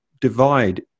divide